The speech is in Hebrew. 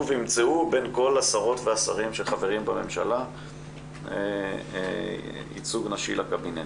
ויימצאו בין כל השרות והשרים שחברים בממשלה ייצוג נשי לקבינט.